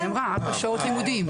כן, היא אמרה ארבע שעות לימודים.